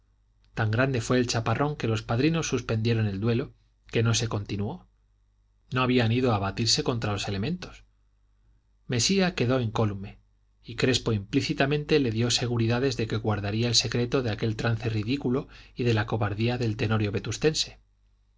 tan grande fue el chaparrón que los padrinos suspendieron el duelo que no se continuó no habían ido a batirse contra los elementos mesía quedó incólume y crespo implícitamente le dio seguridades de que guardaría el secreto de aquel trance ridículo y de la cobardía del tenorio